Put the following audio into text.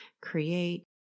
create